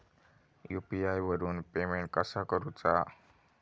UPI वरून payment कसा करूचा?